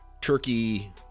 turkey